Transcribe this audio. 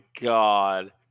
God